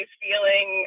feeling